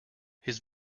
his